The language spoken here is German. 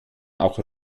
auch